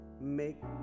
Make